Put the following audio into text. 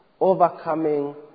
overcoming